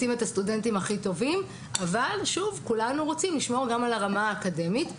כולם רוצים את הסטודנטים הכי טובים וכולם רוצים לשמור על הרמה האקדמית.